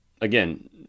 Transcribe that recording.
again